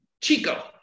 Chico